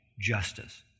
justice